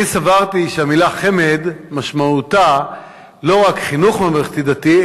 אני סברתי שהמלה חמ"ד משמעותה לא רק חינוך ממלכתי-דתי,